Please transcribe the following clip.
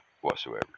whatsoever